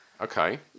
Okay